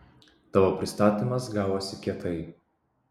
tavo pristatymas gavosi kietai